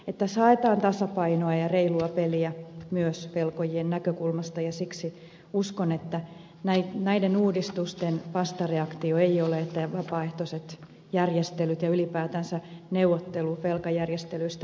tässä haetaan tasapainoa ja reilua peliä myös velkojien näkökulmasta ja siksi uskon että näiden uudistusten vastareaktiona ei ole se että vapaaehtoiset järjestelyt ja ylipäätänsä neuvottelu velkajärjestelyistä vaikeutuisivat